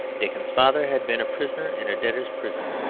dickens's father had been a prisoner in a debtors' prison,